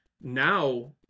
Now